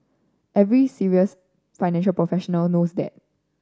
every serious financial professional knows that